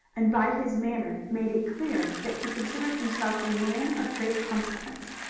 and by his manner made it clear that he considered himself a man of great consequence.